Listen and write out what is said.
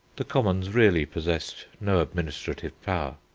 the commons really possessed no administrative power.